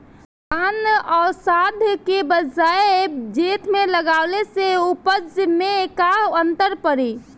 धान आषाढ़ के बजाय जेठ में लगावले से उपज में का अन्तर पड़ी?